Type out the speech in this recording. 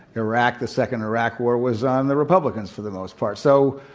iraq, the second iraq war, was on the republicans for the most part. so,